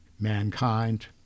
Mankind